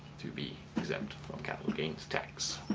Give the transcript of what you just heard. to be exempt from capital gains tax.